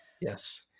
Yes